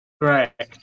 Correct